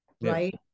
right